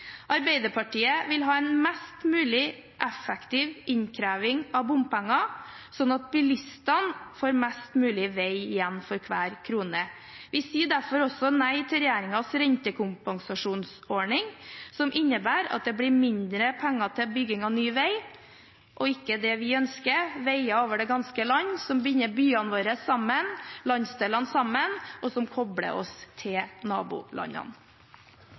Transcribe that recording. Arbeiderpartiet vil ha en mest mulig effektiv innkreving av bompenger, sånn at bilistene får mest mulig vei igjen for hver krone. Vi sier derfor også nei til regjeringens rentekompensasjonsordning, som innebærer at det blir mindre penger til bygging av ny vei, og ikke det vi ønsker: veier over det ganske land, som binder byene våre sammen, landsdelene sammen, og som kobler oss til nabolandene.